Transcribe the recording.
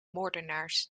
moordenaars